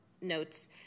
notes